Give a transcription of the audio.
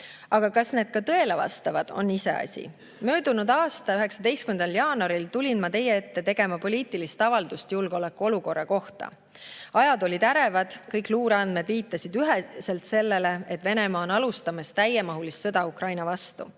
Aga kas need ka tõele vastavad, on iseasi. Möödunud aasta 19. jaanuaril tulin ma teie ette tegema poliitilist avaldust julgeolekuolukorra kohta. Ajad olid ärevad, kõik luureandmed viitasid üheselt sellele, et Venemaa on alustamas täiemahulist sõda Ukraina vastu.